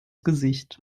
gesicht